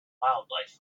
wildlife